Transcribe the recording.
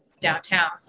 downtown